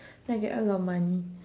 then I can earn a lot of money